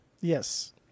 Yes